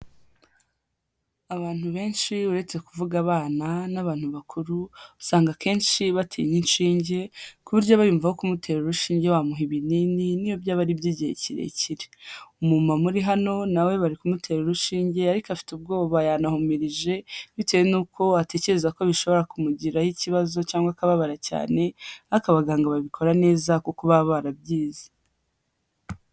Abantu benshi uretse kuvuga abana n'abantu bakuru, usanga akenshi batinya inshinge, kuburyo aba yumva kumutera urushinge bamuha ibinini iyo byaba ariy'igihe kirekire, umumama uri hano nawe bari kumutera urushinge, ariko afite ubwoba yanahumirije, bitewe n'uko atekereza ko bishobora kumugiraho ikibazo, cyangwa akababara cyane, ariko abaganga babikora neza kuko baba barabyize.